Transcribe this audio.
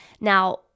Now